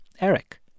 Eric